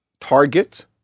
Target